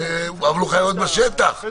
הוא חייב להיות בשטח.